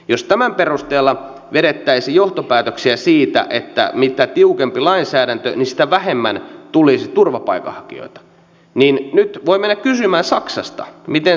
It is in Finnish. jos tämän perusteella vedettäisiin johtopäätöksiä että mitä tiukempi lainsäädäntö sitä vähemmän tulisi turvapaikanhakijoita niin nyt voi mennä kysymään saksasta miten tämä on heillä toteutunut